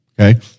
Okay